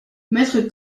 maître